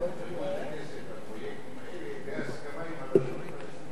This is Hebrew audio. לפרויקטים האלה בהסכמה עם הרשות הפלסטינית.